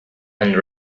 and